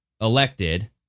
elected